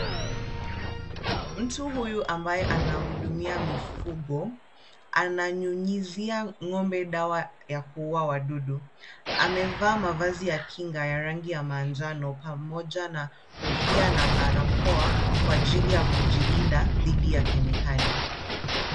Mtu huyu ambaye anahudumia mifugo ananyunyizia ng'ombe dawa ya kuua wadudu. Amevaa mavazi ya kinga ya rangi ya manjano pamoja na kofia na barakoa kwa ajili ya kujilinda dhidi ya kemikali.